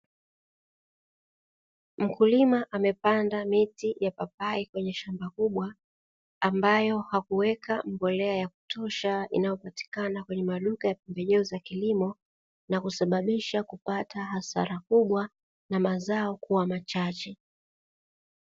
Mkulima amepanda miti ya papai kwenye shamba kubwa, ambayo hakuweka mbolea ya kutosha, inayopatikana kwenye maduka ya pembejeo za kilimo na kusababisha kupata hasara kubwa na mazao kuwa machache.